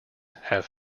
have